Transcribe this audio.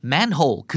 Manhole